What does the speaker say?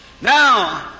Now